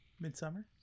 Midsummer